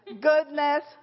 Goodness